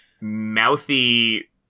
mouthy